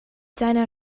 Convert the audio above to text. seiner